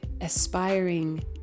aspiring